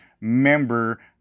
member